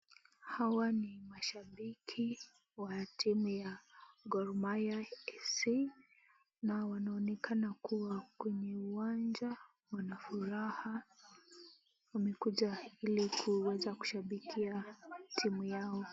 Hawa ni mashabiki wa timu ya Gor Mahia FC na wanaoenekana kuwa kwenye uwanja wanafuraha . Wamekuja ili waweze kushabikia timu yao.